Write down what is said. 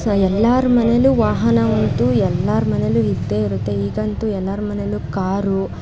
so ಎಲ್ಲರ ಮನೇಲೂ ವಾಹನ ಉಂಟು ಎಲ್ಲರ ಮನೇಲೂ ಇದ್ದೇ ಇರುತ್ತೆ ಈಗಂತೂ ಎಲ್ಲರ ಮನೇಲೂ ಕಾರು